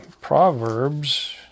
Proverbs